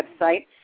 website